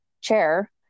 chair